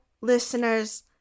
listeners